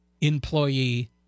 employee